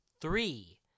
three